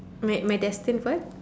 my my destined what